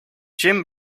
jim